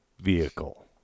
vehicle